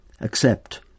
accept